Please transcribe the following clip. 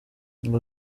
ngo